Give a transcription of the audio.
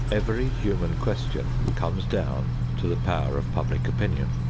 every human question comes down to the power of public opinion.